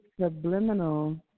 subliminal